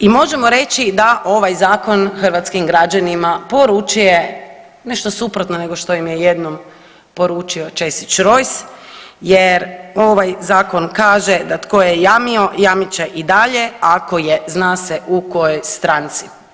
I možemo reći da ovaj zakon hrvatskim građanima poručuje nešto suprotno nego što im je jednom poručio Česić Rojs jer ovaj zakon kaže da tko je jamio jamit će i dalje, ako je zna se u kojoj stranci.